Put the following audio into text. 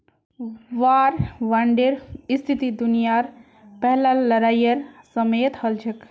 वार बांडेर स्थिति दुनियार पहला लड़ाईर समयेत हल छेक